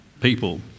people